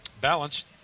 Balanced